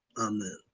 amen